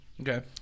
Okay